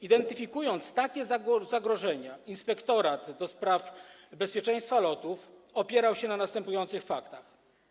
Identyfikując takie zagrożenia, Inspektorat ds. Bezpieczeństwa Lotów opierał się na następujących faktach.